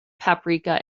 paprika